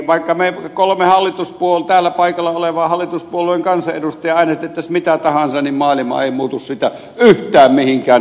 vaikka me kolme täällä paikalla olevaa hallituspuolueen kansanedustajaa äänestäisimme mitä tahansa niin maailma ei muutu siitä yhtään mihinkään toivomaanne suuntaan